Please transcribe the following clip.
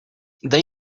they